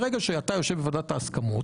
ברגע שאתה יושב בוועדת ההסכמות,